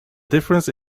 difference